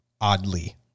oddly